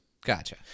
gotcha